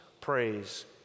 praise